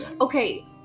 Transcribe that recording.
Okay